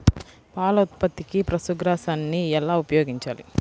పాల ఉత్పత్తికి పశుగ్రాసాన్ని ఎలా ఉపయోగించాలి?